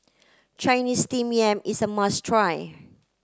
Chinese steamed yam is a must try